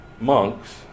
monks